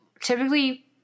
typically